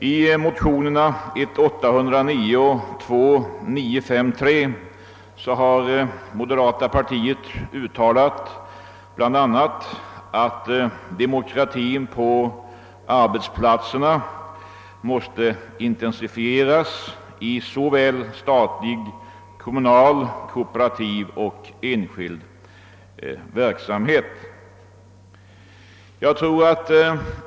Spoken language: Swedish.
I motionerna 1:809 och II: 953 har representanter för moderata samlingspartiet uttalat bl.a. att demokratin på arbetsplatserna måste intensifieras i såväl statlig och kommunal som kooperativ och enskild verksamhet.